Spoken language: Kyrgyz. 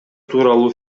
тууралуу